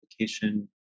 application